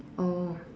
oh